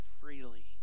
freely